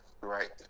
right